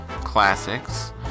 classics